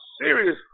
serious